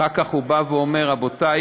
אחר כך הוא בא ואומר: רבותי,